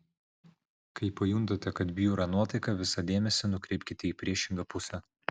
kai pajuntate kad bjūra nuotaika visą dėmesį nukreipkite į priešingą pusę